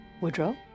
Woodrow